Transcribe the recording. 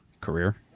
career